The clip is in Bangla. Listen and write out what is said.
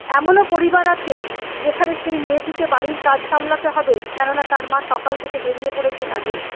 এমনও পরিবার আছে যেখানে সেই মেয়েটিকে বাড়ির কাজ সামলাতে হবে কেননা তার মা সকাল থেকে বেরিয়ে পড়েছে কাজে